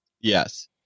yes